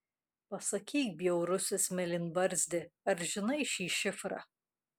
pasakyk bjaurusis mėlynbarzdi ar žinai šį šifrą